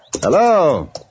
Hello